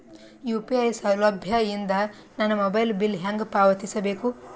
UPI ಸೌಲಭ್ಯ ಇಂದ ನನ್ನ ಮೊಬೈಲ್ ಬಿಲ್ ಹೆಂಗ್ ಪಾವತಿಸ ಬೇಕು?